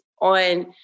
on